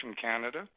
Canada